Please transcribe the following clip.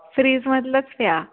फ्रीजमधलंच प्या